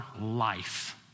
life